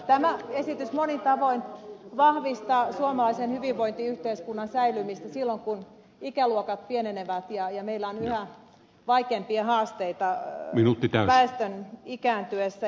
tämä esitys monin tavoin vahvistaa suomalaisen hyvinvointiyhteiskunnan säilymistä silloin kun ikäluokat pienenevät ja meillä on yhä vaikeampia haasteita väestön ikääntyessä